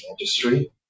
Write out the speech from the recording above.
industry